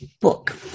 book